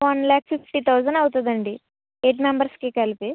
one lakh fifty thousand అవుతుంది అండి eight మెంబెర్స్కి కలిపి